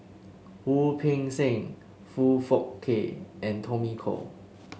Wu Peng Seng Foong Fook Kay and Tommy Koh